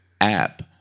app